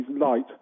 light